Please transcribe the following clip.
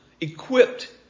equipped